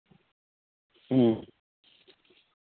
ᱦᱮᱸ